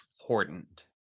important